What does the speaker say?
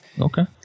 Okay